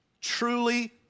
truly